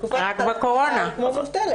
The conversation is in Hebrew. היא כמו מובטלת.